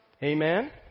Amen